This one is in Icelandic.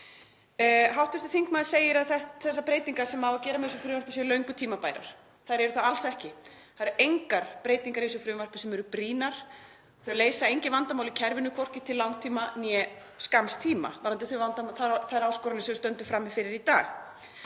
Hv. þingmaður segir að þær breytingar sem á að gera með þessu frumvarpi séu löngu tímabærar. Þær eru það alls ekki. Það eru engar breytingar í þessu frumvarpi sem eru brýnar. Þau leysa engin vandamál í kerfinu, hvorki til langs tíma né skamms tíma varðandi þær áskoranir sem við stöndum frammi fyrir í dag.